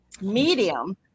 medium